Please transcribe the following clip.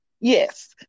Yes